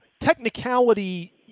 technicality